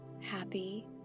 happy